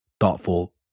thoughtful